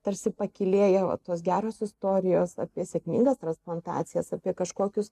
tarsi pakylėja va tos geros istorijos apie sėkmingas transplantacijas apie kažkokius